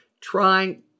trying